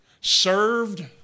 served